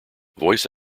voice